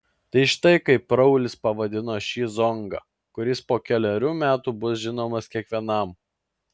tai štai kaip raulis pavadino šį zongą kuris po kelerių metų bus žinomas kiekvienam